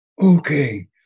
okay